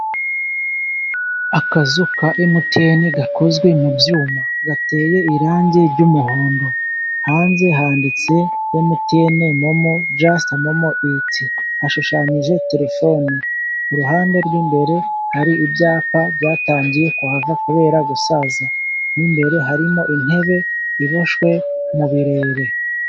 Akazu ka emutiyene gakozwe mu byuma, gateye irangi ry'umuhondo, hanze handitse emutiyene momo jasite momo iti, hashushanyije telefone ku ruhande rw'imbere, hari ibyapa byatangiye kuhava kubera gusaza, n'imbere harimo intebe iboshwe mu birere.